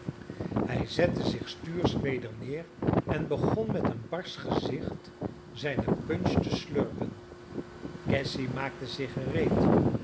hij zette zich stuursch weder neer en begon met een barsch gezicht zijne punch te slurpen cassy maakte zich gereed